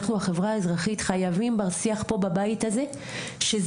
אנחנו החברה האזרחית חייבים בר שיח פה בבית הזה שזה